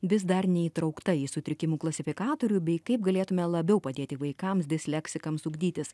vis dar neįtraukta į sutrikimų klasifikatorių bei kaip galėtume labiau padėti vaikams disleksikams ugdytis